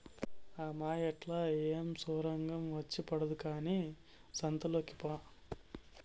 ఆ మాయేట్లా ఏమి సొరంగం వచ్చి పడదు కానీ సంతలోకి పా